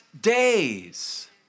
days